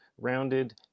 rounded